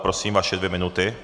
Prosím, vaše dvě minuty.